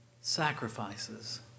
sacrifices